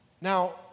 Now